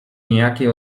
niejakiej